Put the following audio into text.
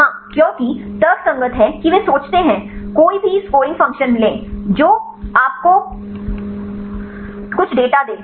हाँ क्योंकि तर्कसंगत है कि वे सोचते हैं कोई भी स्कोरिंग फ़ंक्शन लें जो आपको कुछ डेटा दे